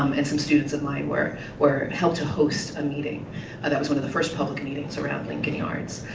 um and some students of mine were were helped to host a meeting. that was one of the first public meetings around lincoln yards.